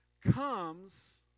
comes